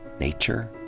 nature?